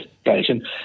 station